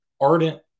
ardent